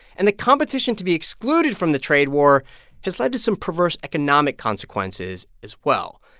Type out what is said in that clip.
and the competition to be excluded from the trade war has led to some perverse economic consequences as well.